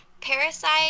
parasite